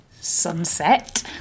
Sunset